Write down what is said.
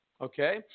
Okay